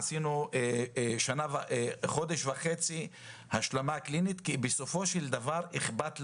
עשינו חודש וחצי השלמה קלינית כי בסופו של דבר אכפת לנו,